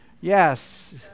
Yes